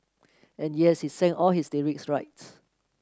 and yes he sang all his lyrics right